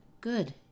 Good